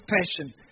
passion